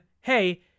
hey